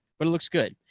but it looks good.